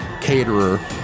Caterer